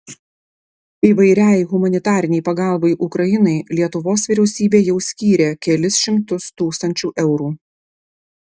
įvairiai humanitarinei pagalbai ukrainai lietuvos vyriausybė jau skyrė kelis šimtus tūkstančių eurų